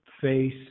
face